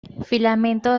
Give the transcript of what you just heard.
filamentos